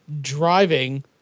driving